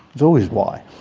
it's always why.